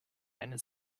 eine